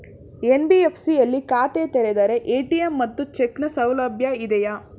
NBFC ಯಲ್ಲಿ ಖಾತೆ ತೆರೆದರೆ ಎ.ಟಿ.ಎಂ ಮತ್ತು ಚೆಕ್ ನ ಸೌಲಭ್ಯ ಇದೆಯಾ?